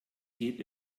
geht